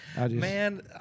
Man